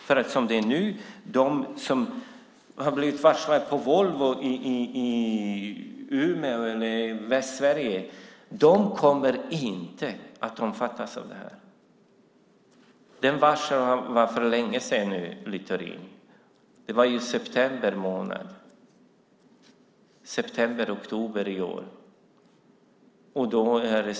Som det är nu kommer inte de som har blivit varslade på Volvo i Umeå eller i Västsverige att omfattas av regeln. Varslen kom för länge sedan nu, i september oktober förra året.